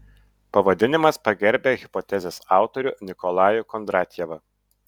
pavadinimas pagerbia hipotezės autorių nikolajų kondratjevą